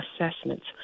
assessments